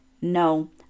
No